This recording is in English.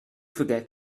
forget